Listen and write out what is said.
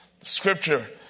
Scripture